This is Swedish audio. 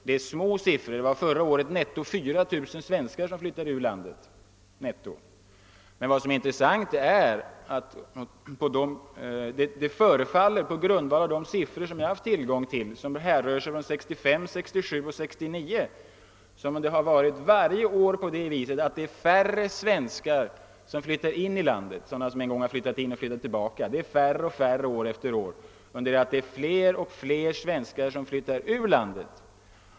Det är små siffror — förra året flyttade 4000 svenskar netto ur landet — men vad som är intressant är att det på grundval av de uppgifter som jag haft tillgång till — de härrör från åren 1965, 1967 och 1969 — förefaller som om det varje år blir färre en gång utflyttade svenskar som flyttar tillbaka till landet, under det att fler och fler svenskar flyttar ur landet.